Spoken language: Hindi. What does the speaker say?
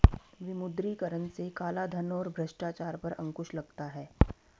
विमुद्रीकरण से कालाधन और भ्रष्टाचार पर अंकुश लगता हैं